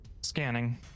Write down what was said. Scanning